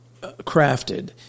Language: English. crafted